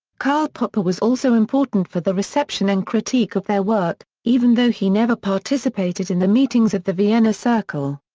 karl popper was also important for the reception and critique of their work, even though he never participated in the meetings of the vienna circle.